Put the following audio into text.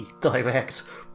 direct